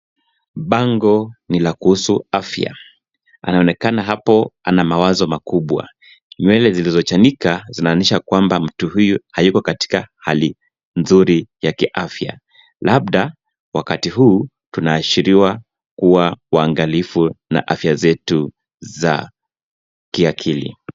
Pango ni la kuhusu afya anaonekana hapo ana mawazo makubwa nywele zilizochanika iznaonyesha kuwa mtu huyu hayuko katika hali nzuri ya kiafya, labda wakati huu tunaashiriwa kuwa wangalifu na afya zetu za kiakili